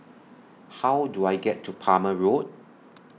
How Do I get to Palmer Road